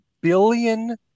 billion